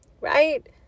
Right